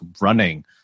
running